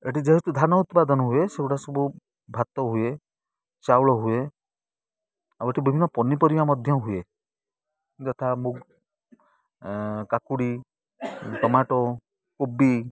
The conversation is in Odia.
ଏଠି ଯେହେତୁ ଧାନ ଉତ୍ପାଦନ ହୁଏ ସେଗୁଡ଼ା ସବୁ ଭାତ ହୁଏ ଚାଉଳ ହୁଏ ଆଉ ଏଠି ବିଭିନ୍ନ ପନିପରିବା ମଧ୍ୟ ହୁଏ ଯଥା ମୁଁ କାକୁଡ଼ି ଟମାଟୋ କୋବି